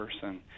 person